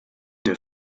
der